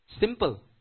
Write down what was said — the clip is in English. Simple